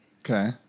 Okay